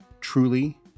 truly